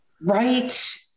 Right